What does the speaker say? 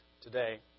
today